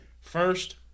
First